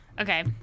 Okay